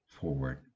forward